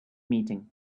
meeting